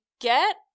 get